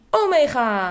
omega